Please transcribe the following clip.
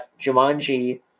Jumanji